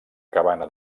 cabana